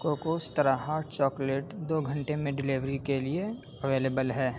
Cocosutra hot chocolate دو گھنٹے میں ڈلیوری کے لیے اویلیبل ہے